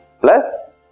plus